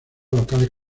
locales